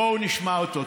בוא נשמע אותו.